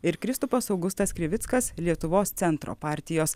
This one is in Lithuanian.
ir kristupas augustas krivickas lietuvos centro partijos